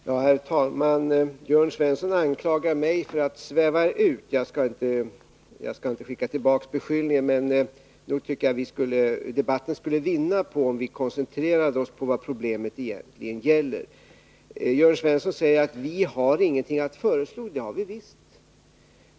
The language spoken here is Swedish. Herr talman! Jörn Svensson anklagar mig för att sväva ut. Jag skall inte skicka tillbaka beskyllningen, men nog tycker jag att debatten skulle vinna på om vi koncentrerade oss på vad problemet egentligen gäller. Jörn Svensson säger att vi inte har någonting att föreslå. Det har vi visst!